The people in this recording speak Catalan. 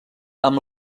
amb